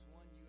one